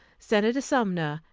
senator sumner,